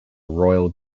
royal